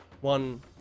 One